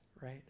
right